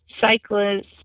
cyclists